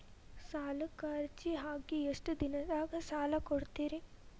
ಸಾಲಕ ಅರ್ಜಿ ಹಾಕಿ ಎಷ್ಟು ದಿನದಾಗ ಸಾಲ ಕೊಡ್ತೇರಿ?